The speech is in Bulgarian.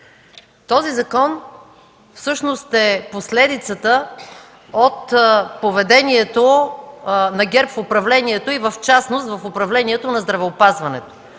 Този закон всъщност е последицата от поведението на ГЕРБ в управлението и в частност в управлението на здравеопазването.